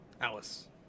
Alice